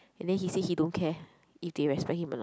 and then he say he don't care if they respect him or not